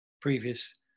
previous